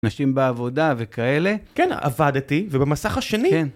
נשים בעבודה וכאלה. כן, עבדתי, ובמסך השני.